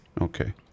okay